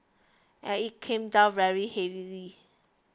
and it came down very heavily